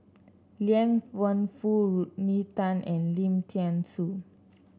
Liang Wenfu Rodney Tan and Lim Thean Soo